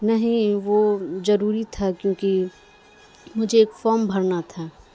نہیں وہ ضروری تھا کیونکہ مجھے ایک فارم بھرنا تھا